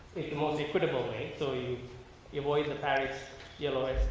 the most equitable way so you you avoid the paris yellow